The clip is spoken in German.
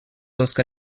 unser